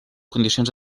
condicions